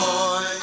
Boy